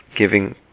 giving